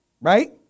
Right